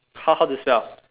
how how to spell